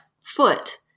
foot